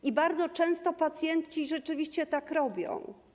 I bardzo często pacjenci rzeczywiście tak robią.